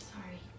Sorry